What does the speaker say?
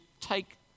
take